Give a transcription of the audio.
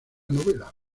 novela